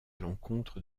l’encontre